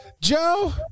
Joe